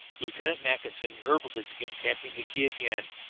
lieutenant mackinson nervously began tapping the key again,